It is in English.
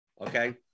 Okay